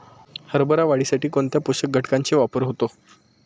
हरभरा वाढीसाठी कोणत्या पोषक घटकांचे वापर होतो?